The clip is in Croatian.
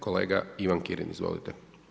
Kolega Ivan Kirin, izvolite.